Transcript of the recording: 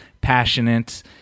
passionate